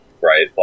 Right